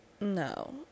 no